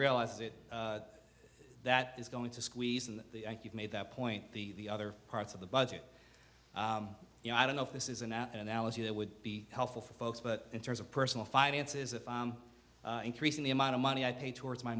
realizes it that is going to squeeze and you've made that point the other parts of the budget you know i don't know if this is an apt analogy that would be helpful for folks but in terms of personal finances if increasing the amount of money i pay towards my